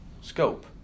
scope